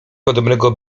podobnego